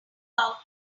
out